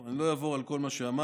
אני לא אעבור על כל מה שאמרנו,